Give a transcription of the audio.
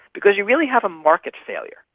because you really have a market failure.